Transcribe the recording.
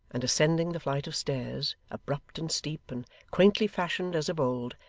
and ascending the flight of stairs, abrupt and steep, and quaintly fashioned as of old,